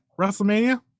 WrestleMania